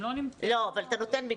אבל אתה נותן מקדמות.